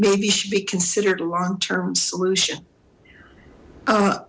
maybe should be considered a long term solution